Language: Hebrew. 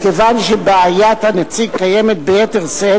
מכיוון שבעיית הנציג קיימת ביתר שאת